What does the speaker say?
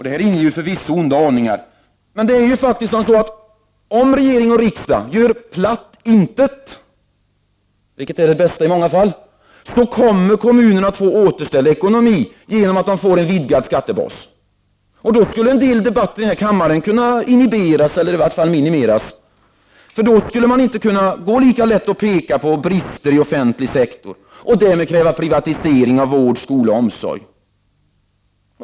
Det här inger förvisso onda aningar. Det är ju faktiskt så, att om regering och riksdag gör platt intet — vilket är det bästa i många fall — kommer kommunerna att få återställd ekonomi, genom att de får en vidgad skattebas. Då skulle en del debatter i denna kammare kunna inhiberas eller minimeras, därför att det inte skulle gå lika lätt att peka på brister i offentlig sektor och därmed kräva privatisering av vård, skola och omsorg.